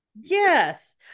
yes